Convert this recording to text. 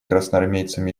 красноармейцам